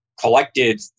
collected